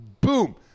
boom